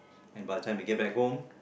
and by the time we get back home